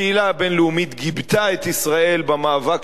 הקהילה הבין-לאומית גיבתה את ישראל במאבק